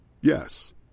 Yes